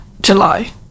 July